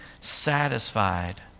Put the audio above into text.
satisfied